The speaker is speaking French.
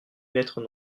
lettres